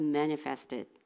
manifested